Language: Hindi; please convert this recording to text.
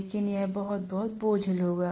लेकिन यह बहुत बहुत बोझिल होगा